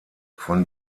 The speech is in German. von